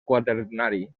quaternari